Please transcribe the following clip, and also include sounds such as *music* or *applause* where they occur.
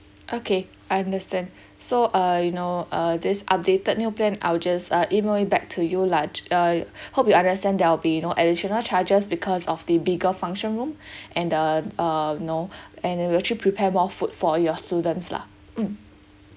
okay I understand *breath* so err you know uh this updated new plan I'll just uh email it back to you lah j~ uh *breath* hope you understand there'll be you know additional charges because of the bigger function room *breath* and the uh you know *breath* and then we'll actually prepare more food for your students lah mm